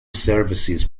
services